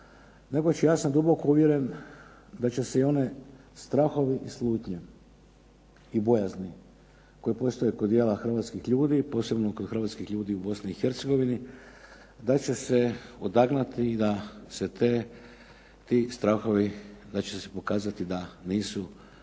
nego će ja sam duboko uvjeren da će se i oni strahovi i slutnje i bojazni koje postoje kod dijela hrvatskih ljudi, posebno kod hrvatskih ljudi u Bosni i Hercegovini, da će se odagnati i da se ti strahovi da će se pokazati da nisu opravdani